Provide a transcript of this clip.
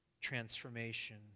transformation